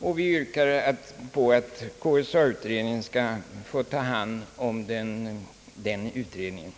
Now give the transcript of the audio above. och vi hemställer om att KSA-utredningen skall ta hand om den utredningen.